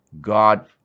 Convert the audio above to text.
God